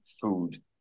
food